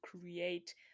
create